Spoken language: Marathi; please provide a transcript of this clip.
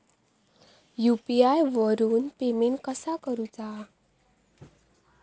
यू.पी.आय वरून पेमेंट कसा करूचा?